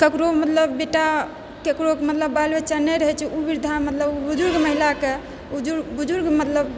ककरो मतलब बेटा ककरो मतलब बाल बच्चा नहि रहै छै ओ वृद्धा मतलब ओ बुजुर्ग महिलाके बुजुर्ग बुजुर्ग मतलब